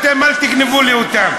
אתם אל תגנבו לי אותן.